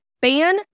ban